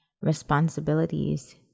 responsibilities